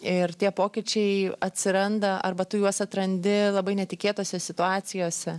ir tie pokyčiai atsiranda arba tu juos atrandi labai netikėtose situacijose